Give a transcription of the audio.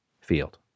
field